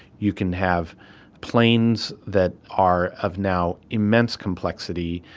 you can have planes that are of now immense complexity,